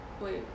Wait